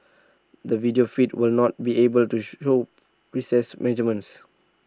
the video feed will not be able to show precise measurements